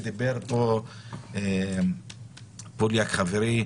ודיבר פה בליאק חברי,